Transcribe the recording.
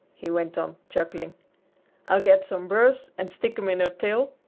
he went on, chuckling i'll get some burrs and stick them in her tail,